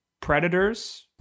Predators